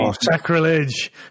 Sacrilege